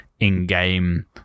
in-game